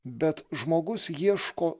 bet žmogus ieško